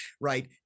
right